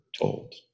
told